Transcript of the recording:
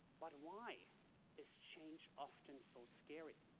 but, why is change often so scary?